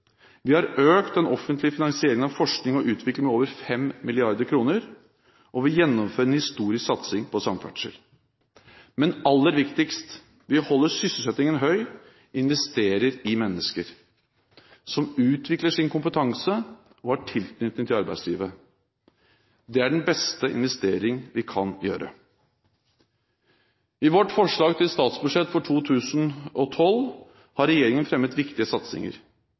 Vi har økt den offentlige finansieringen av forskning og utvikling med over 5 mrd. kr, og vi gjennomfører en historisk satsing på samferdsel. Men aller viktigst: Ved å holde sysselsettingen høy investerer vi i mennesker som utvikler sin kompetanse, og har tilknytning til arbeidslivet. Det er den beste investering vi kan gjøre. I vårt forslag til statsbudsjett for 2012 har regjeringen fremmet viktige satsinger: